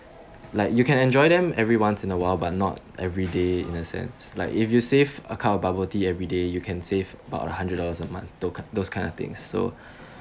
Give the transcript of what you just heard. like you can enjoy them every once in a while but not every day in the sense like if you save a cup of bubble tea every day you can save about hundred dollars a month tho~ those kind of things so